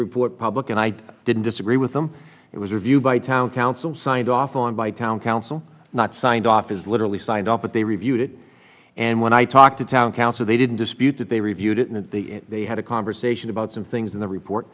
report public and i didn't disagree with them it was reviewed by town council signed off on by town council not signed off is literally signed off but they reviewed it and when i talked to town council they didn't dispute that they reviewed it and they had a conversation about some things in the report